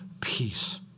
peace